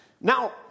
Now